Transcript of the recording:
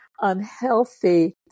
unhealthy